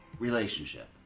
relationship